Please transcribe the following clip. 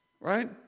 right